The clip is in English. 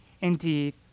indeed